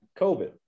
COVID